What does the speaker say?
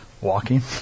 Walking